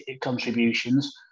contributions